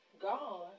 gone